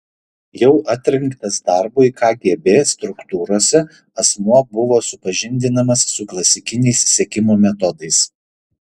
jau atrinktas darbui kgb struktūrose asmuo buvo supažindinamas su klasikiniais sekimo metodais